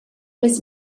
was